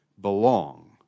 belong